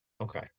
Okay